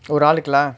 ஒரு ஆளுக்கா:oru aalukka